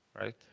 Right